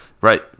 right